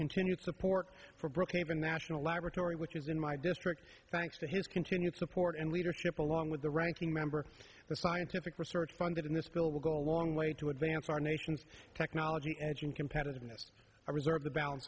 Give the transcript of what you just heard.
continued support for brookhaven national laboratory which is in my district thanks to his continued support and leadership along with the ranking member for scientific research funded in this bill will go a long way to advance our nation's technology edge and competitiveness i reserve the balance